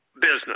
business